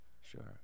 Sure